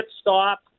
stop